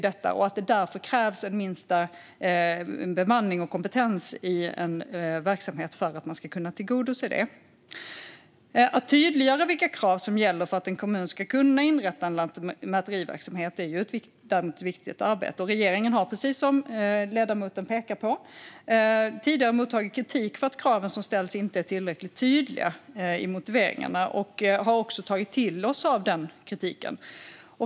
Det krävs därför en minsta bemanning och kompetens i en verksamhet för att tillgodose detta. Att tydliggöra vilka krav som gäller för att en kommun ska kunna inrätta en lantmäteriverksamhet är ett viktigt arbete. Regeringen har, precis som ledamoten pekar på, tidigare mottagit kritik för att kraven som ställs inte är tillräckligt tydliga i motiveringarna. Vi har också tagit till oss av kritiken.